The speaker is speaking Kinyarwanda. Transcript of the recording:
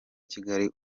kigali